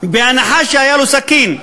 ובהנחה שהיה לו סכין,